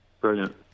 Brilliant